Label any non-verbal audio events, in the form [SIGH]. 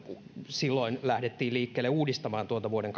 silloin lähdettiin liikkeelle uudistamaan vuoden [UNINTELLIGIBLE]